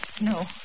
No